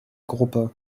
gruppe